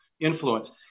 influence